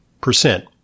percent